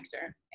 actor